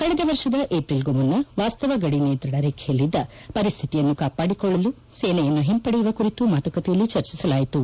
ಕಳೆದ ವರ್ಷದ ಏಪ್ರಿಲ್ಗೂ ಮುನ್ನ ವಾಸ್ತವ ಗಡಿ ನಿಯಂತ್ರಣ ರೇಖೆಯಲ್ಲಿದ್ದ ಪರಿಸ್ವಿತಿಯನ್ನು ಕಾಪಾಡಿಕೊಳ್ಳಲು ಸೇನೆಯನ್ನು ಹಿಂಪಡೆಯುವ ಕುರಿತು ಮಾತುಕತೆಯಲ್ಲಿ ಚರ್ಚಿಸಲಾಯಿತು